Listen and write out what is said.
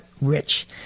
rich